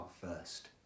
first